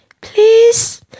Please